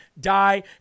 die